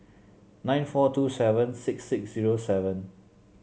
nine four two seven six six zero seven